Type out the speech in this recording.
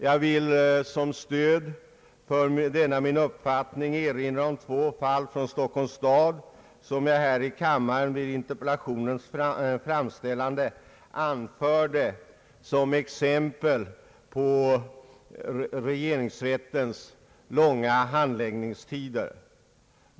Jag vill som stöd för denna min uppfattning erinra om de två fall från Stockholms stad, som jag här i kammaren vid interpellationens framställande anförde som exempel på regeringsrättens långa handläggningstider.